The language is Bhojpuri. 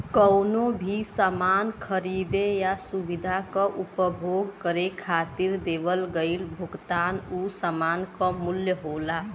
कउनो भी सामान खरीदे या सुविधा क उपभोग करे खातिर देवल गइल भुगतान उ सामान क मूल्य होला